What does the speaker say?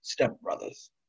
stepbrothers